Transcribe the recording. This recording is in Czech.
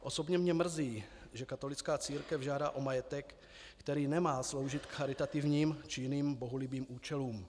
Osobně mě mrzí, že katolická církev žádá o majetek, který nemá sloužit k charitativním či jiným bohulibým účelům.